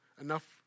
enough